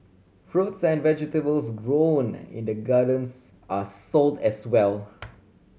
fruits and vegetables grown in the gardens are sold as well